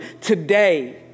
today